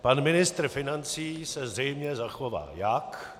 Pan ministr financí se zřejmě zachová jak?